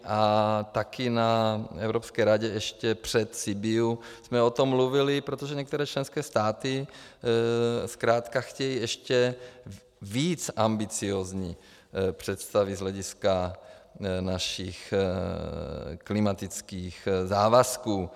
A taky na Evropské radě ještě před Sibiu jsme o tom mluvili, protože některé členské státy zkrátka chtějí ještě víc ambiciózní představy z hlediska našich klimatických závazků.